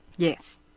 Yes